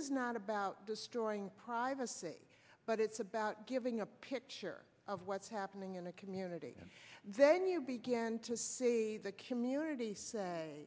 is not about destroying privacy but it's about giving a picture of what's happening in the community and then you begin to see the community say